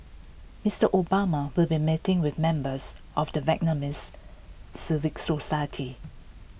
Mister Obama will be meeting with members of the Vietnamese civil society